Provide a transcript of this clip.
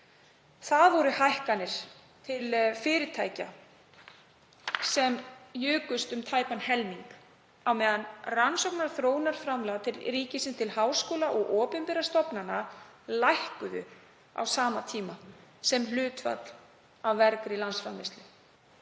Hækkanir til fyrirtækja jukust um tæpan helming á meðan rannsókna- og þróunarframlög ríkisins til háskóla og opinberra stofnana lækkuðu á sama tíma sem hlutfall af vergri landsframleiðslu.